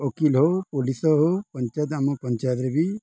ଓକିଲ୍ ହେଉ ପୋଲିସ୍ ହେଉ ପଞ୍ଚାୟତ ଆମ ପଞ୍ଚାୟତରେ ବି